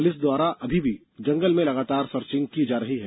police द्वारा अभी भी जंगल में लगातार सर्चिंग की जा रही है